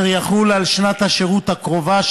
והוא יחול על שנת השירות הקרובה,